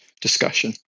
discussion